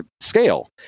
scale –